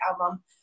album